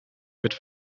mit